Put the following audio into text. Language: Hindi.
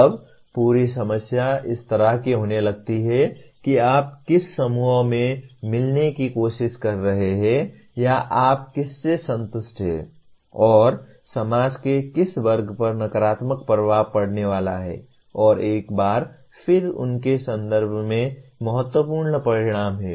तब पूरी समस्या इस तरह की होने लगती है कि आप किस समूह से मिलने की कोशिश कर रहे हैं या आप किससे संतुष्ट हैं और समाज के किस वर्ग पर नकारात्मक प्रभाव पड़ने वाला है और एक बार फिर उनके संदर्भ में महत्वपूर्ण परिणाम हैं